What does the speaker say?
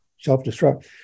Self-destruct